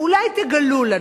אולי תגלו לנו.